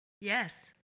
yes